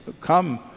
come